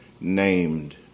named